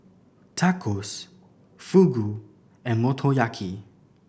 Tacos Fugu and Motoyaki